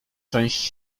część